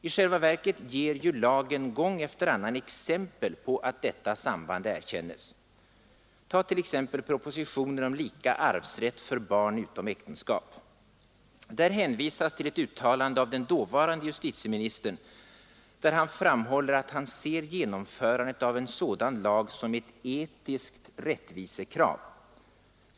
I själva verket ger ju lagen gång efter annan exempel på att detta samband erkännes. Här kan t.ex. nämnas propositionen om lika arvsrätt för barn utom äktenskap. Där hänvisas till ett uttalande av dåvarande justitieministern, där han framhåller att han ser genomförandet av en sådan lag som ett etiskt rättvisekrav.